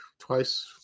twice